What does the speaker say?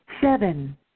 seven